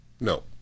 No